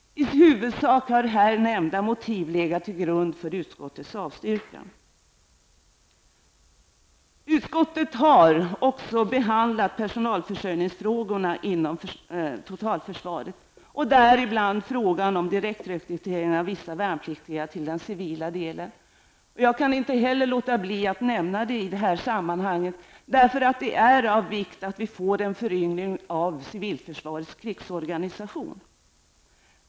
I huvudsak har här nämnda motiv legat till grund för utskottets avstyrkan. Utskottet har också behandlat personalförsörjningsfrågorna inom totalförsvaret, däribland frågan om direktrekrytering av vissa värnpliktiga till den civila delen. Jag kan inte heller låta bli att nämna det i det här sammanhanget, eftersom det är av vikt att vi får en föryngring av civilförsvarets krigsorganisationer.